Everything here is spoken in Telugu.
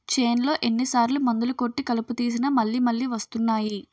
చేన్లో ఎన్ని సార్లు మందులు కొట్టి కలుపు తీసినా మళ్ళి మళ్ళి వస్తున్నాయి